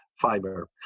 fiber